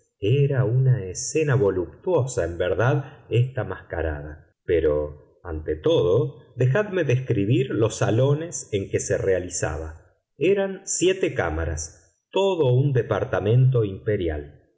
era una escena voluptuosa en verdad esta mascarada pero ante todo dejadme describir los salones en que se realizaba eran siete cámaras todo un departamento imperial